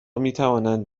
میتوانند